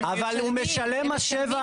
אבל הוא משלם מס שבח.